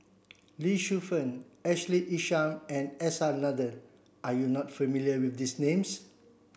Lee Shu Fen Ashley Isham and S R Nathan are you not familiar with these names